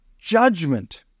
judgment